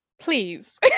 Please